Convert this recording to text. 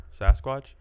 Sasquatch